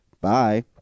bye